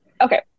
Okay